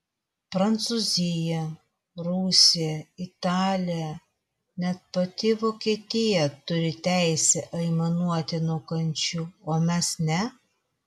prancūzija rusija italija net pati vokietija turi teisę aimanuoti nuo kančių o mes ne